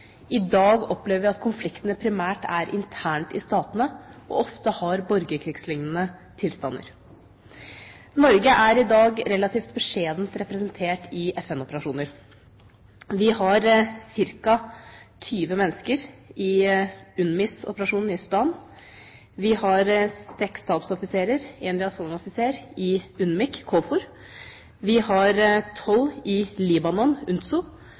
i konflikter mellom stater, i dag opplever vi at konfliktene primært er internt i statene, og at det ofte er borgerkrigslignende tilstander. Norge er i dag relativt beskjedent representert i FN-operasjoner. Vi har ca. 20 mennesker i UNMIS-operasjonen i Sudan, vi har seks stabsoffiserer og en liaisonsoffiser i UNMIC KFOR, vi har tolv i Libanon, UNSO,